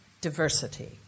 diversity